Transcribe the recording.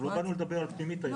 אבל לא באנו לדבר על פנימית היום.